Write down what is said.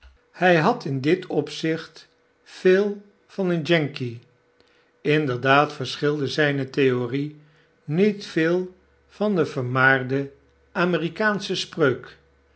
hy had in dit opzicht veel van een yankee inderdaad verschilde zijne theorie niet veel van de vermaarde amerikaanschespreuk